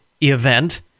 event